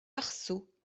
arceaux